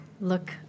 look